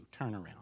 turnaround